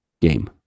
game